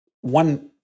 one